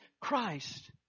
Christ